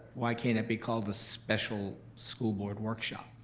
why can't it be called a special school board workshop?